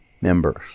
members